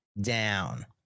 down